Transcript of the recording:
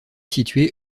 situé